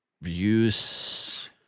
use